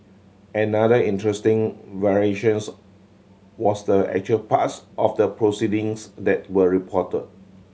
another interesting variations was the actual parts of the proceedings that were report